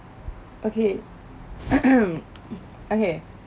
okay okay